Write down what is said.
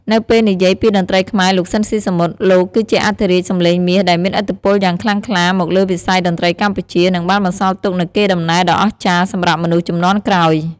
នៅពេលនិយាយពីតន្ត្រីខ្មែរ លោក ស៊ីន ស៊ីសាមុត លោកគឺជាអធិរាជសំឡេងមាសដែលមានឥទ្ធិពលយ៉ាងខ្លាំងក្លាមកលើវិស័យតន្ត្រីកម្ពុជា និងបានបន្សល់ទុកនូវកេរដំណែលដ៏អស្ចារ្យសម្រាប់មនុស្សជំនាន់ក្រោយ។